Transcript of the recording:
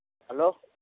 hello